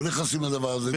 לא נכנסים לדבר הזה,